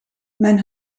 mijn